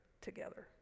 together